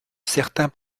certains